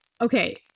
okay